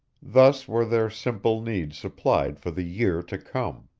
thus were their simple needs supplied for the year to come.